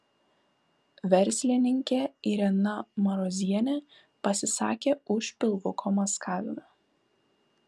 verslininkė irena marozienė pasisakė už pilvuko maskavimą